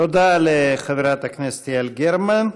תודה לחברת הכנסת יעל גרמן.